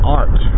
art